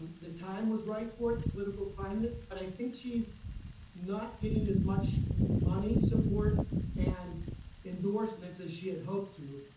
the time was right for it, the political climate, but i think she's not getting as much money, support and endorsements as she had hoped to,